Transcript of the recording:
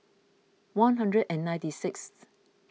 one hundred and ninety sixth